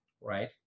right